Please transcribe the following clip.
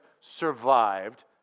survived